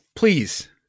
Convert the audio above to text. Please